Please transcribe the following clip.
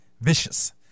Vicious